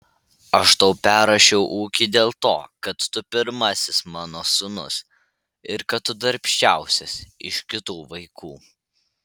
aš tau perrašiau ūkį dėl to kad tu pirmasis mano sūnus ir kad tu darbščiausias iš kitų vaikų